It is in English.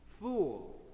fool